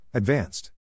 Advanced